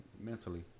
mentally